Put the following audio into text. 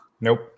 Nope